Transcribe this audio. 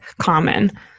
common